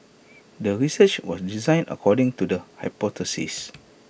the research was designed according to the hypothesis